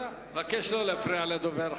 אני מבקש לא להפריע לדובר.